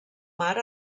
mar